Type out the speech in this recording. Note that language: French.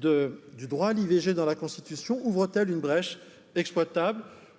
du droit à l'I. V. G dans la constitution ouvre t elle une brèche exploitable